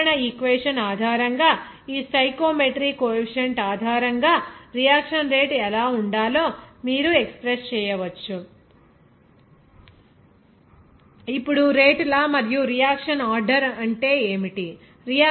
కాబట్టి ఈ సాధారణ ఈక్వేషన్ ఆధారంగా ఈ స్టైకోమెట్రీ కో ఎఫిషియంట్ ఆధారంగా రియాక్షన్ రేటు ఎలా ఉండాలో మీరు ఎక్స్ప్రెస్ చేయవచ్చు ఇప్పుడు రేటు లా మరియు రియాక్షన్ ఆర్డర్ ఏమిటి